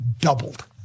doubled